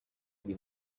iri